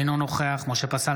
אינו נוכח משה פסל,